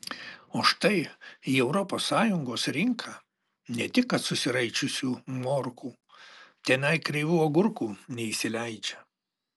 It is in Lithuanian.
o štai į europos sąjungos rinką ne tik kad susiraičiusių morkų tenai kreivų agurkų neįsileidžia